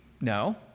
No